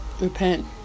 Repent